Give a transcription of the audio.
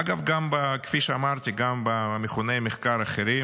אגב, כפי שאמרתי, גם במכוני מחקר אחרים